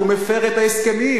והוא מפר את ההסכמים?